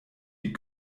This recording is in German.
die